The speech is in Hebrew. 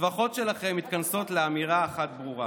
הצווחות שלכם מתכנסות לאמירה אחת ברורה: